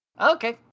Okay